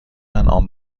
انعام